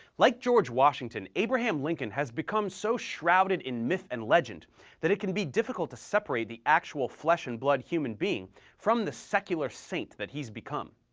like george washington, abraham lincoln has become so shrouded in myth and legend that it can be difficult to separate the actual flesh and blood human being from the secular saint that he's become.